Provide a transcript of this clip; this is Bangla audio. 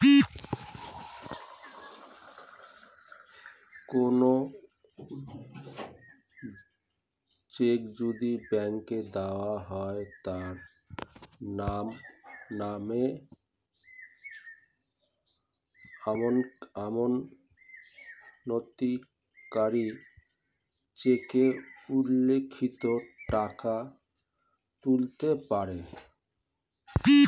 কোনো চেক যদি ব্যাংকে দেওয়া হয় তার মানে আমানতকারী চেকে উল্লিখিত টাকা তুলতে পারে